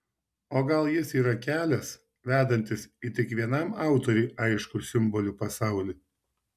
o gal jis yra kelias vedantis į tik vienam autoriui aiškų simbolių pasaulį